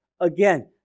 again